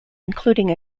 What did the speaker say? including